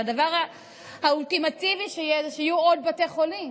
הדבר האולטימטיבי שיהיה זה שיהיו עוד בתי חולים,